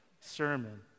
sermon